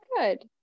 good